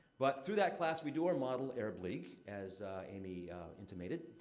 but through that class, we do our model arab league, as amy intimated,